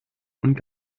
und